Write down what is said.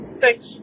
Thanks